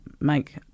make